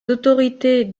autorités